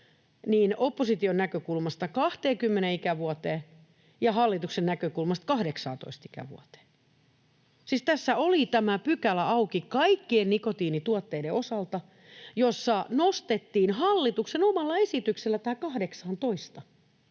opposition näkökulmasta 20 ikävuoteen ja hallituksen näkökulmasta 18 ikävuoteen. Siis tässä oli tämä pykälä auki kaikkien nikotiinituotteiden osalta, jossa nostettiin hallituksen omalla esityksellä tämä